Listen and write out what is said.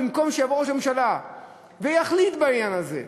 במקום שיבוא ראש הממשלה ויחליט בעניין הזה,